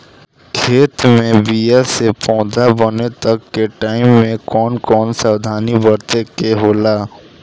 खेत मे बीया से पौधा बने तक के टाइम मे कौन कौन सावधानी बरते के होला?